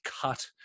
cut